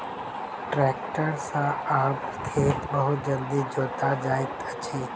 tractor सॅ आब खेत बहुत जल्दी जोता जाइत अछि